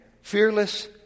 fearless